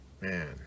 man